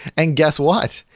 and guess what?